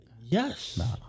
Yes